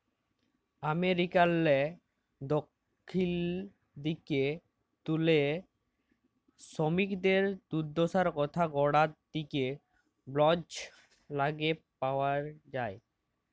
আমেরিকারলে দখ্খিল দিগে তুলে সমিকদের দুদ্দশার কথা গড়া দিগের বল্জ গালে পাউয়া যায়